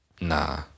Nah